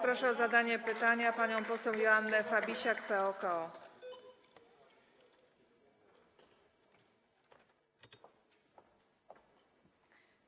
Proszę o zadanie pytania panią poseł Joannę Fabisiak, PO-KO.